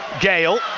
Gale